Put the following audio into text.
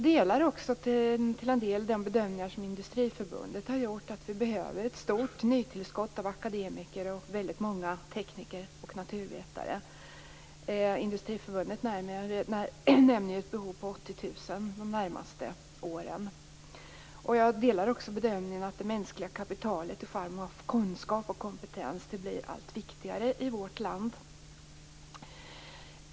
Till en del gör jag samma bedömning som Industriförbundet har gjort, nämligen att vi behöver ett stort nytillskott av akademiker och väldigt många tekniker och naturvetare. Industriförbundet talar om ett behov av 80 000 sådana under de närmaste åren. Jag gör också bedömningen att det mänskliga kapitalet i form av kunskap och kompetens blir allt viktigare i vårt land.